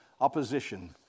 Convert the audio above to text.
opposition